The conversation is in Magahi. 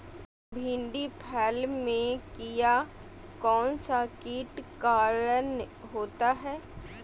भिंडी फल में किया कौन सा किट के कारण होता है?